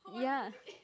ya